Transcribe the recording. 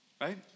right